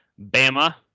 Bama